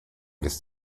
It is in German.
des